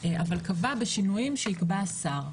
אבל קבע בשינויים שיקבע השר.